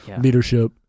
leadership